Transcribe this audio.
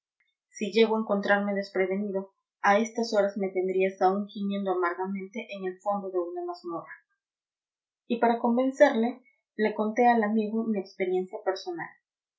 si llego a encontrarme desprevenido a estas horas me tendrías aún gimiendo amargamente en el fondo de una mazmorra y para convencerle le conté al amigo mi experiencia personal